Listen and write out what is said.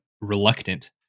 reluctant